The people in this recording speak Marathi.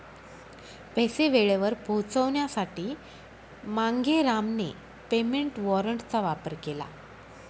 पैसे वेळेवर पोहोचवण्यासाठी मांगेरामने पेमेंट वॉरंटचा वापर केला